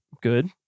good